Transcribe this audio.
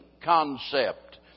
concept